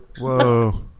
whoa